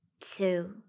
two